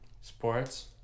Sports